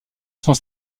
sont